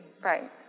Right